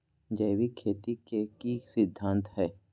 जैविक खेती के की सिद्धांत हैय?